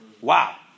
Wow